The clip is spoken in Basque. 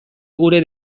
gure